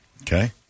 Okay